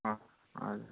हजुर